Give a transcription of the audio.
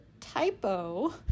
typo